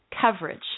coverage